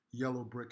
Yellowbrick